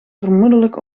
vermoedelijk